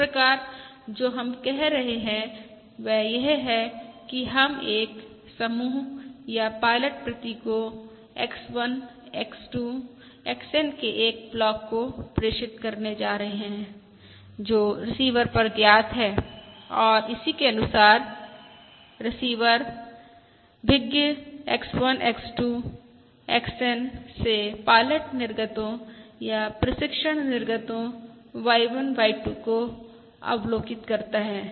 इस प्रकार जो हम कह रहे हैं वह यह है कि हम एक समूह या पायलट प्रतीकों X1 X2 XN के एक ब्लॉक को प्रेषित करने जा रहे हैं जो रिसीवर पर ज्ञात है और इसी के अनुसार रिसीवर भिज्ञ X1 X2 XN से पायलट निर्गतो या प्रशिक्षण निर्गतो Y1 Y2 को अवलोकित करता है